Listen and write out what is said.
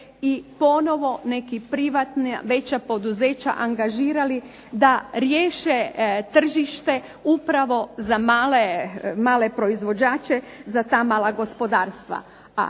i ponovno neka veće poduzeća angažirali da riješe tržište upravo za male proizvođače za ta mala gospodarstva.